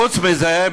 חוץ מזה,